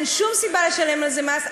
אין שום סיבה לשלם על זה מס.